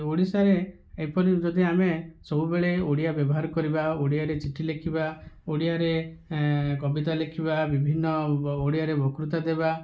ଓଡ଼ିଶାରେ ଏପରି ଯଦି ଆମେ ସବୁବେଳେ ଓଡ଼ିଆ ବ୍ୟବହାର କରିବା ଓଡ଼ିଆରେ ଚିଠି ଲେଖିବା ଓଡ଼ିଆରେ କବିତା ଲେଖିବା ବିଭିନ୍ନ ଓଡ଼ିଆରେ ବତ୍କୃତା ଦେବା